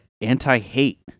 anti-hate